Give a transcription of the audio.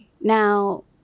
Now